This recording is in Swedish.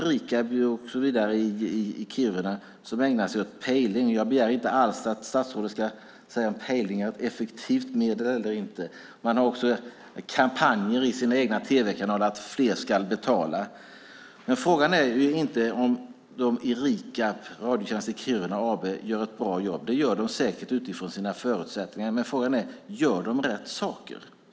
Rikab i Kiruna ägnar sig åt pejling. Jag begär inte alls att statsrådet ska säga om pejling är ett effektivt medel eller inte. Det genomförs också kampanjer i tv-kanalerna för att fler ska betala. Frågan är inte om Rikab, Radiotjänst i Kiruna AB, gör ett bra jobb. Det gör de säkert utifrån sina förutsättningar. Men gör de rätt saker?